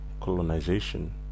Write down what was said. colonization